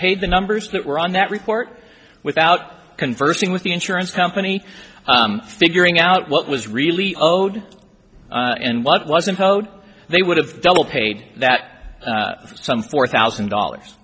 paid the numbers that were on that report without conversing with the insurance company figuring out what was really owed and what wasn't code they would have double paid that some four thousand dollars